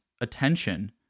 attention